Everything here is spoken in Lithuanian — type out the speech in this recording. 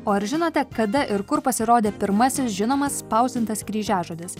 o ar žinote kada ir kur pasirodė pirmasis žinomas spausdintas kryžiažodis